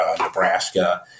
Nebraska